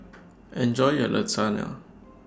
Enjoy your Lasagne